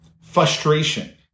frustration